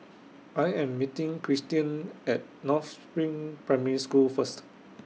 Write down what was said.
I Am meeting Christian At North SPRING Primary School First